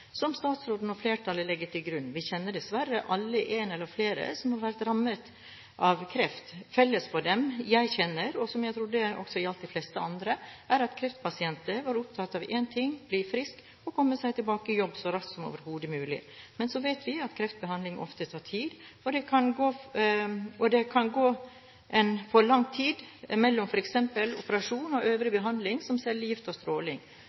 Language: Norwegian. som statsråden og flertallet legger til grunn. Vi kjenner dessverre alle en eller flere som har vært rammet av kreft. Felles for dem jeg kjenner, og som jeg trodde også gjaldt de fleste andre, er at kreftpasienter er opptatt av én ting: bli friske og komme seg tilbake i jobb så raskt som overhodet mulig. Men så vet vi at kreftbehandling ofte tar tid, og det kan gå for lang tid mellom f.eks. operasjon og øvrig behandling, som cellegift og stråling.